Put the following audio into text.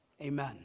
Amen